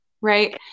right